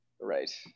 Right